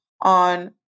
on